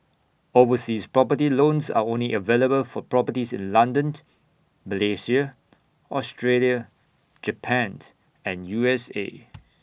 overseas property loans are only available for properties in London Malaysia Australia Japan and U S A